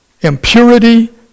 impurity